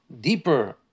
deeper